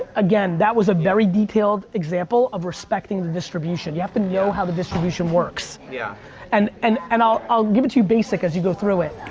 again, that was a very detailed example of respecting the distribution. you have to know how the distribution works. yeah and and and i'll give it to you basic as you go through it.